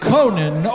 Conan